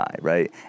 right